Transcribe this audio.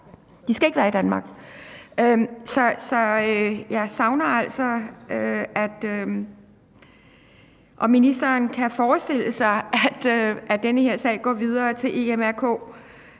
De skal ikke være i Danmark. Så jeg savner at høre, om ministeren kan forestille sig, at den her sag går videre til Den